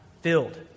filled